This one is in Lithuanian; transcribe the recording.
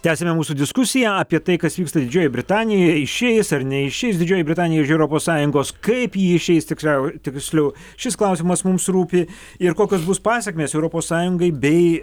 tęsiame mūsų diskusiją apie tai kas vyksta didžiojoj britanijoje išeis ar neišeis didžioji britanija iš europos sąjungos kaip ji išeis tiksliau tiksliau šis klausimas mums rūpi ir kokios bus pasekmės europos sąjungai bei